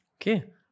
Okay